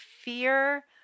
fear